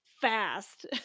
fast